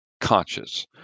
conscious